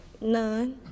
None